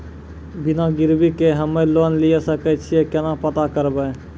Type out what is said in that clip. बिना गिरवी के हम्मय लोन लिये सके छियै केना पता करबै?